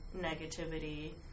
negativity